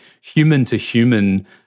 human-to-human